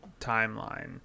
timeline